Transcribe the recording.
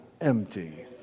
empty